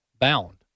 bound